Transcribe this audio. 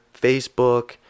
Facebook